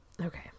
Okay